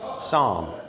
psalm